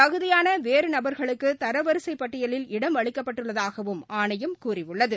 தகுதியானவேறுநபர்களுக்குதரவரிசைப் பட்டியலில் இடம் அளிக்கப்பட்டுள்ளதாகவும் ஆணையம் கூறியுள்ளது